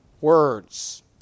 words